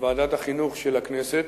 ועדת החינוך של הכנסת.